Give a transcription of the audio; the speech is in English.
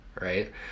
right